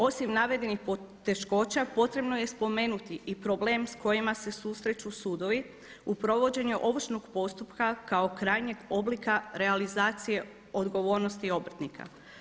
Osim navedenih poteškoća potrebno je spomenuti i problem s kojim se susreću sudovi u provođenju ovršnog postupka kao krajnjeg oblika realizacije odgovornosti obrtnika.